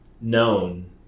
known